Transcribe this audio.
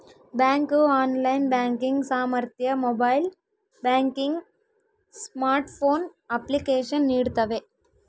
bank online banking ಸಾಮರ್ಥ್ಯ mobile banking smartphone application ನೀಡ್ತವೆ